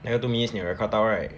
那个 two minutes 你有 record 到 right